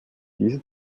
diese